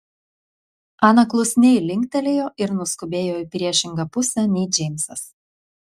ana klusniai linktelėjo ir nuskubėjo į priešingą pusę nei džeimsas